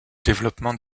développement